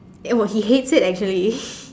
eh oh he hates it actually